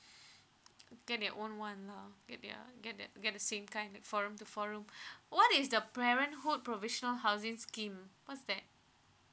get their own [one] lah get their get their get the same kind of four room to four room what is the parenthood provisional housing scheme what's that